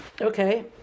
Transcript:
Okay